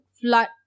flood